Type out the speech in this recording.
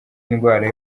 indwara